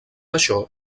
això